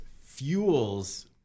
fuels